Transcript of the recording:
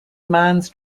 man’s